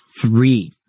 Three